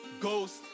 Ghost